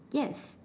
yes